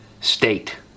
state